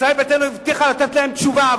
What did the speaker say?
ישראל ביתנו הבטיחה לתת להם תשובה,